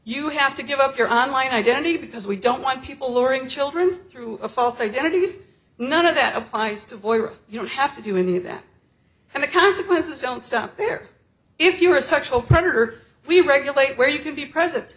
you have to give up your on line identity because we don't want people lowering children through a false identities none of that applies to voice you don't have to do any of that and the consequences don't stop there if you are a sexual predator we regulate where you can be present